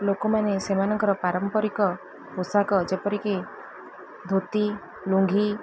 ଲୋକମାନେ ସେମାନଙ୍କର ପାରମ୍ପରିକ ପୋଷାକ ଯେପରିକି ଧୋତି ଲୁଙ୍ଗି